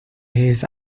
his